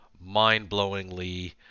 mind-blowingly